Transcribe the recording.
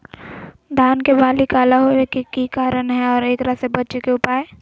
धान के बाली काला होवे के की कारण है और एकरा से बचे के उपाय?